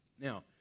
Now